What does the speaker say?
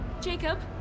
Jacob